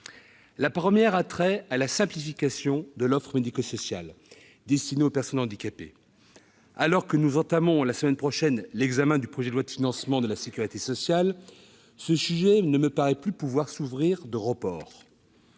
La première a trait à la simplification de l'offre médico-sociale destinée aux personnes handicapées. Alors que nous entamerons, la semaine prochaine, l'examen du projet de loi de financement de la sécurité sociale, ce sujet ne me paraît plus pouvoir souffrir de report.